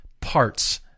parts